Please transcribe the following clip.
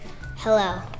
hello